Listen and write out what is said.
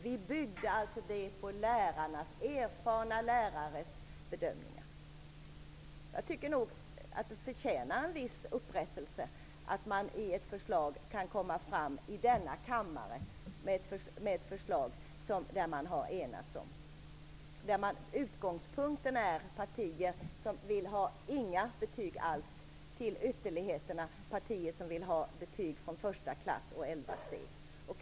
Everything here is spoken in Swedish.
Vi byggde förslaget på erfarna lärares bedömningar. Jag tycker att det faktum att vi enats om att lägga fram ett förslag för denna kammare förtjänar en viss upprättelse. Utgångspunkten var att vissa partier inte ville ge eleverna några betyg alls och att andra ville ge betyg från första klass och i elva steg.